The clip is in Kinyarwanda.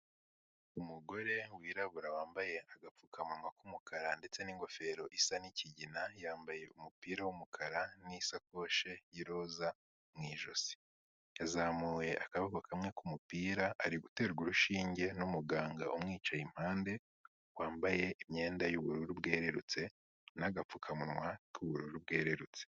Umugore wirabura wambaye agapfukamunwa k'umukara ndetse n'ingofero isa n'ikigina yambaye umupira w'umukara n'isakoshi y'iroza mu ijosi. Yazamuye akaboko kamwe k'umupira ari guterwa urushinge n'umuganga umwicaye impande wambaye imyenda y'ubururu bwerurutse n'agapfukamunwa k'ubururu bwerurutse.